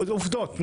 עובדות,